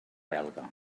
belga